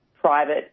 private